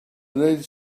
need